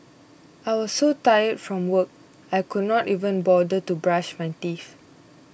I was so tired from work I could not even bother to brush my teeth